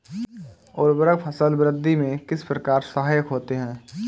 उर्वरक फसल वृद्धि में किस प्रकार सहायक होते हैं?